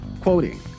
Quoting